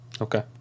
Okay